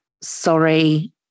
sorry